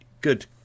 good